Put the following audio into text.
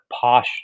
posh